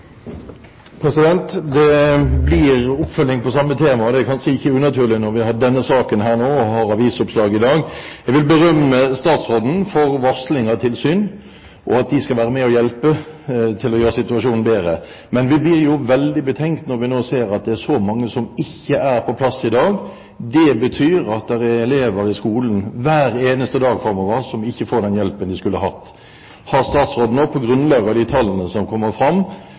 ikke unaturlig når vi har denne saken her nå og har avisoppslag i dag. Jeg vil berømme statsråden for varsling av tilsyn, og at de skal være med og hjelpe til med å gjøre situasjonen bedre. Men vi blir jo veldig betenkt når vi nå ser at det er så mange som ikke er på plass i dag. Det betyr at det er elever i skolen hver eneste dag framover som ikke får den hjelpen de skulle hatt. Har statsråden på grunnlag av de tallene som kommer fram,